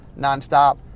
nonstop